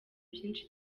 byinshi